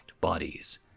bodies